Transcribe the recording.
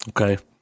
Okay